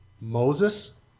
Moses